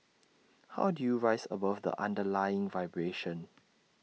how do you rise above the underlying vibration